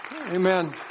Amen